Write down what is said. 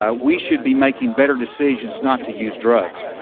ah we should be making better decisions not to use drugs.